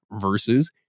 versus